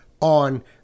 on